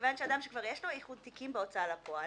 כיוון שאדם שכבר יש לו איחוד תיקים בהוצאה לפועל,